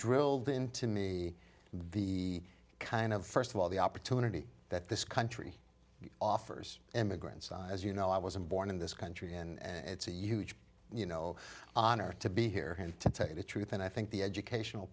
drilled into me the kind of first of all the opportunity that this country offers immigrants as you know i wasn't born in this country and it's a huge you know honor to be here and to tell you the truth and i think the educational